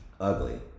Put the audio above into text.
Ugly